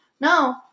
No